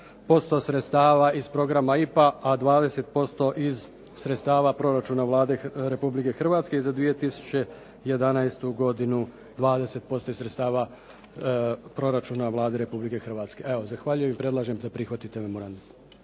80% sredstava iz programa IPA, a 20% iz sredstava proračuna Vlade Republike Hrvatske i za 2011. godinu 20% iz sredstava proračuna Vlade Republike Hrvatske. Evo zahvaljujem i predlažem da prihvatite memorandum.